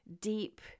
deep